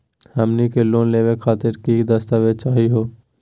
हमनी के लोन लेवे खातीर की की दस्तावेज चाहीयो हो?